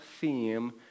theme